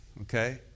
Okay